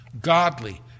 godly